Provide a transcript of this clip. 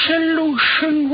solution